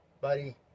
buddy